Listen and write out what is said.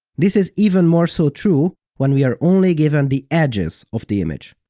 this is even more so true when we're only given the edges of the image.